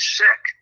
sick